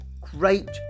Great